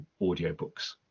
audiobooks